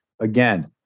Again